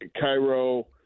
Cairo